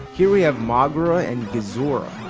here we have moguera and gezora.